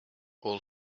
all